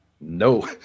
no